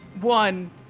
one